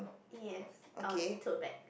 yes on two bag